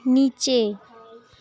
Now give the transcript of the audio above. নিচে